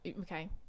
okay